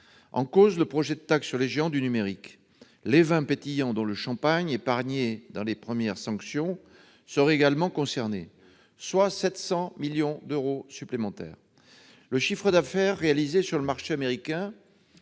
en cause le projet de taxe sur les géants du numérique. Les vins pétillants, dont le champagne, épargnés par les premières sanctions, seraient également concernés, ce qui représente 700 millions d'euros supplémentaires. Le chiffre d'affaires réalisé sur le marché américain